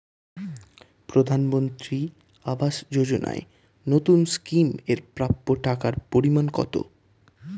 প্রধানমন্ত্রী আবাস যোজনায় নতুন স্কিম এর প্রাপ্য টাকার পরিমান কত?